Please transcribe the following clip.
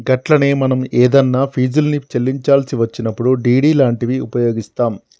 గట్లనే మనం ఏదన్నా ఫీజుల్ని చెల్లించాల్సి వచ్చినప్పుడు డి.డి లాంటివి ఉపయోగిస్తాం